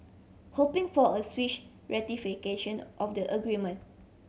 hoping for a swish ratification of the agreement